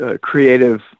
Creative